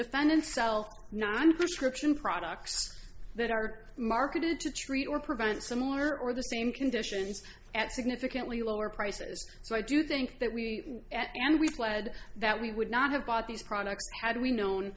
defend itself nonprescription products that are marketed to treat or prevent similar or the same conditions at significantly lower prices so i do think that we and we fled that we would not have bought these products had we known